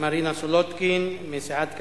מרינה סולודקין מסיעת קדימה.